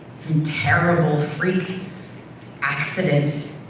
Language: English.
some terrible freak accident. it